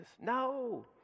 No